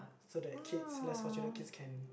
so that kids less fortunate kids can